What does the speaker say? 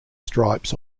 stripes